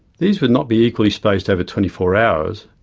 these would not be equally spaced over twenty four hours,